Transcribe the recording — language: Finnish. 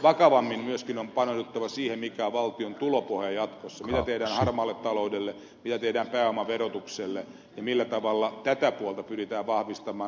vakavammin myöskin on paneuduttava siihen mikä on valtion tulopohja jatkossa mitä tehdään harmaalle taloudelle mitä tehdään pääomaverotukselle ja millä tavalla tätä puolta pyritään vahvistamaan